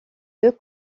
deux